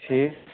ٹھیٖک